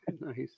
Nice